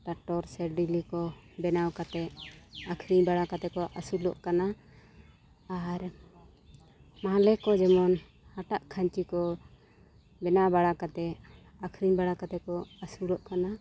ᱥᱮ ᱰᱮᱞᱤ ᱠᱚ ᱵᱮᱱᱟᱣ ᱠᱟᱛᱮ ᱟᱹᱠᱷᱨᱤᱧ ᱵᱟᱲᱟ ᱠᱟᱛᱮ ᱠᱚ ᱟᱹᱥᱩᱞᱚᱜ ᱠᱟᱱᱟ ᱟᱨ ᱢᱟᱦᱞᱮ ᱠᱚ ᱡᱮᱢᱚᱱ ᱦᱟᱴᱟᱜ ᱠᱷᱟᱹᱧᱪᱤ ᱠᱚ ᱵᱮᱱᱟᱣ ᱵᱟᱲᱟ ᱠᱟᱛᱮ ᱟᱹᱠᱷᱨᱤᱧ ᱵᱟᱲᱟ ᱠᱟᱛᱮ ᱠᱚ ᱟᱹᱥᱩᱞᱚᱜ ᱠᱟᱱᱟ